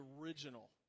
original